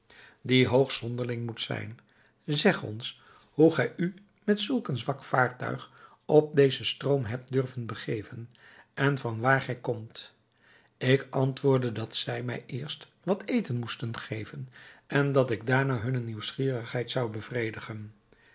die hoogst zonderling moet zijn zeg ons hoe gij u met zulk een zwak vaartuig op dezen stroom hebt durven begeven en van waar gij komt ik antwoordde dat zij mij eerst wat eten moesten geven en dat ik daarna hunne nieuwsgierigheid zou bevredigen